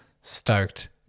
stoked